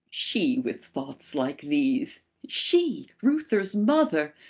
she with thoughts like these she, reuther's mother!